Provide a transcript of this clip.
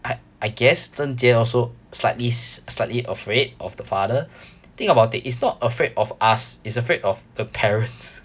I I guess zheng jie also slightly slightly afraid of the father the thing about it it's not afraid of us it's afraid of the parents